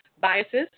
biases